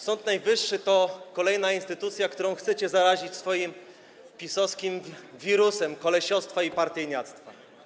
Sąd Najwyższy to kolejna instytucja, którą chcecie zarazić swoim PiS-owskim wirusem kolesiostwa i partyjniactwa.